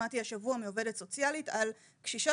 שמעתי השבוע מעובדת סוציאלית על קשישה